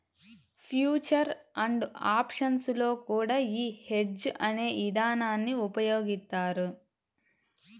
future and options లో కూడా యీ హెడ్జ్ అనే ఇదానాన్ని ఉపయోగిత్తారు